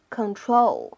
control